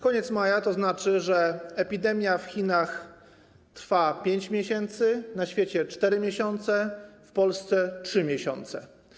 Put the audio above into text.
Koniec maja to znaczy, że epidemia w Chinach trwa 5 miesięcy, na świecie - 4 miesiące, w Polsce - 3 miesiące.